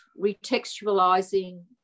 retextualizing